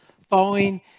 following